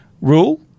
Rule